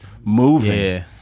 moving